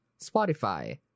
Spotify